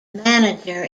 manager